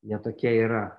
jie tokie yra